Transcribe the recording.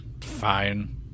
Fine